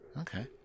Okay